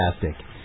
fantastic